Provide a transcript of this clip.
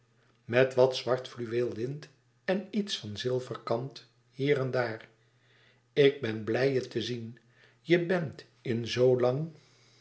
met wat zwart fluweel lint en iets van zilverkant hier en daar ik ben blij je te zien je bent in zoo lang